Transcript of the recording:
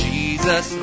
Jesus